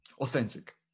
Authentic